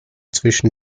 zwischen